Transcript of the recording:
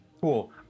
Cool